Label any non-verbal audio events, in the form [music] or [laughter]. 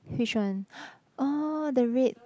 which one [breath] orh the red